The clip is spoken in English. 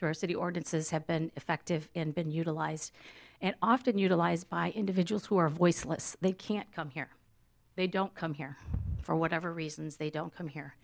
through our city ordinances have been effective in been utilized and often utilized by individuals who are voiceless they can't come here they don't come here for whatever reasons they don't come here